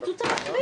הקיצוץ הרוחבי.